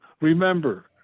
remember